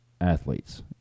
athletes